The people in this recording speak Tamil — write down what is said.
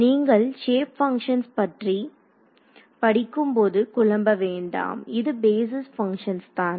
நீங்கள் சேப் பங்க்ஷன்ஸ் பற்றி படிக்கும்போது குழம்ப வேண்டாம் இது பேஸிஸ் பங்க்ஷன்ஸ் தான்